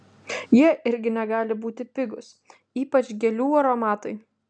jie irgi negali būti pigūs ypač gėlių aromatai